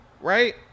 right